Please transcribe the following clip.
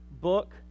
book